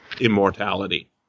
immortality